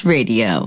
Radio